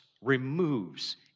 removes